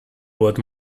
what